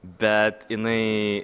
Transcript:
bet jinai